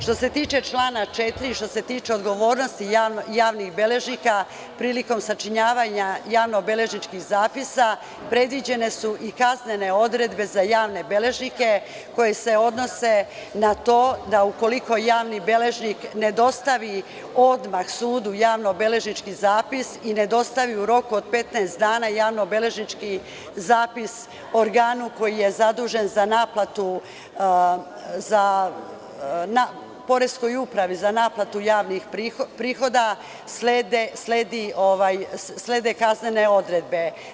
Što se tiče člana 4, što se tiče odgovornosti javnih beležnika prilikom sačinjavanja javnobeležničkih zapisa, predviđene su i kaznene odredbe za javne beležnike koji se odnose na to da ukoliko javni beležnik ne dostavi odmah sudu javnobeležnički zapis i ne dostavi u roku od 15 dana javnobeležnički zapis organu koji je zadužen za naplatu, poreskoj upravi za naplatu javnih prihoda, slede kaznene odredbe.